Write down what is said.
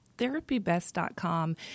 Therapybest.com